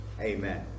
amen